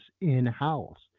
in-house